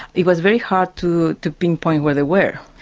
it was very hard to to pinpoint where they were.